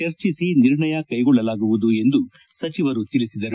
ಚರ್ಚಿಸಿ ನಿರ್ಣಯ ಕೈಗೊಳ್ಲಲಾಗುವುದು ಎಂದು ಸಚಿವರು ತಿಳಿಸಿದರು